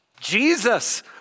Jesus